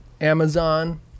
amazon